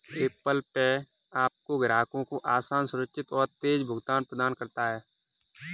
Apple Pay आपके ग्राहकों को आसान, सुरक्षित और तेज़ भुगतान प्रदान करता है